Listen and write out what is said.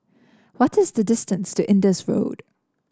what is the distance to Indus Road